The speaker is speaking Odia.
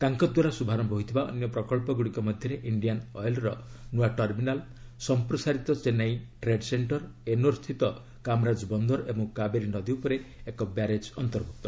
ତାଙ୍କ ଦ୍ୱାରା ଶୁଭାରମ୍ଭ ହୋଇଥିବା ଅନ୍ୟ ପ୍ରକଳ୍ପଗୁଡ଼ିକ ମଧ୍ୟରେ ଇଣ୍ଡିଆନ୍ ଅଏଲ୍ର ନୂଆ ଟର୍ମିନାଲ୍ ସମ୍ପ୍ରସାରିତ ଚେନ୍ନାଇ ଟ୍ରେଡ୍ ସେକ୍କର ଏନୋର ସ୍ଥିତ କାମରାଜ ବନ୍ଦର ଓ କାବେରୀ ନଦୀ ଉପରେ ଏକ ବ୍ୟାରେଜ୍ ଅନ୍ତର୍ଭୁକ୍ତ